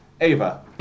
Ava